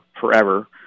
forever